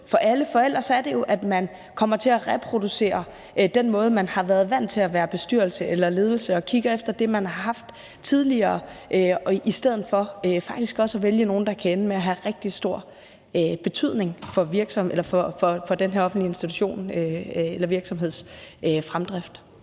for ellers er det jo, at man kommer til at reproducere den måde, man har været vant til at være bestyrelse eller være ledelse på, og kigge efter det, man har haft tidligere, i stedet for faktisk også at vælge nogle, der kan ende med at have rigtig stor betydning for den her offentlige institution eller virksomheds fremdrift.